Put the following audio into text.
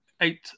eight